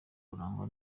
kurangwa